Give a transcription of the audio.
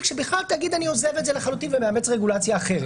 שאתה בכלל תגיד שאתה עוזב את זה לחלוטין ומאמץ רגולציה אחרת.